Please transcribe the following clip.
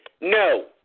No